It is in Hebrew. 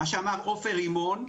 מה שאמר עופר רימון,